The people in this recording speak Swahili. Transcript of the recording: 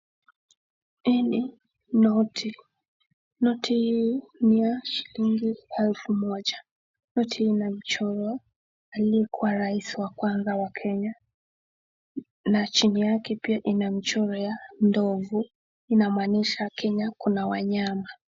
Hii ni noti. Noti hii ni ya shilingi elfu moja. Noti ina mchoro aliyekuwa rais wa kwaza wa Kenya na chini yake pia ina mchoro ya ndovu, inamaanisha Kenya kuna wanyama.